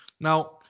Now